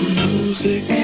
music